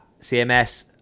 CMS